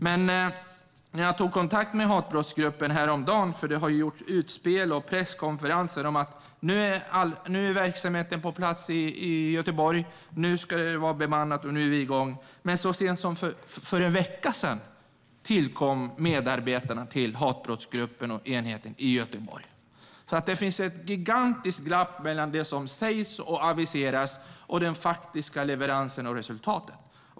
Det har gjorts utspel och hållits presskonferenser om att verksamheten nu är på plats i Göteborg, att det ska vara bemannat och igång. Men så sent som för en vecka sedan kom medarbetarna till hatbrottsgruppen och enheten i Göteborg. Det finns alltså ett gigantiskt glapp mellan det som aviseras och den faktiska leveransen och resultatet.